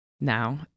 Now